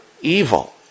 evil